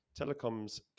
telecoms